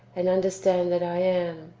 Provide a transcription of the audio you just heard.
and understand that i am.